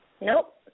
Nope